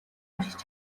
уншиж